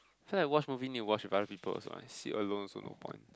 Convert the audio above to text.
feel like watch movie need to watch with other people also one sit alone also no point